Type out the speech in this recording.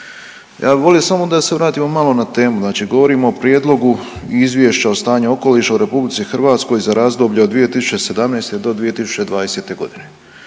bi volio samo da se vratimo malo na temu, znači govorimo o prijedlogu Izvješća o stanju okoliša u RH za razdoblje od 2017.-2020.g.